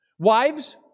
Wives